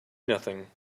nothing